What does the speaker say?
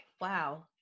Wow